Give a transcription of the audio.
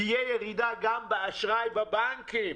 תהיה ירידה גם באשראי בבנקים.